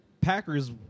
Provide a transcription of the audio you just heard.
Packers